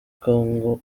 kongo